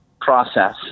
process